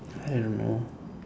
I don't know